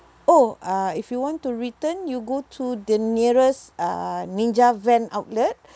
oh uh if you want to return you go to the nearest uh ninja van outlet